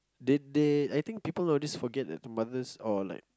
they they I think people always forget that their mothers or like